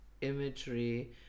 imagery